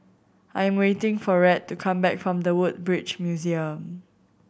I am waiting for Rhett to come back from The Woodbridge Museum